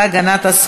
אין נמנעים.